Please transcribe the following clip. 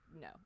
No